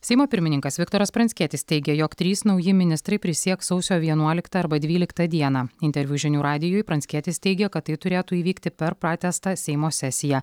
seimo pirmininkas viktoras pranckietis teigė jog trys nauji ministrai prisieks sausio vienuoliktą arba dvyliktą dieną interviu žinių radijui pranckietis teigė kad tai turėtų įvykti per pratęstą seimo sesiją